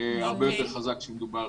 הרבה יותר חזק כאשר מדובר